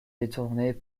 détournés